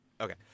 Okay